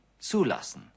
zulassen